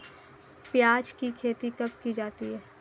प्याज़ की खेती कब की जाती है?